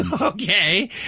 Okay